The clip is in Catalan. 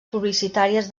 publicitàries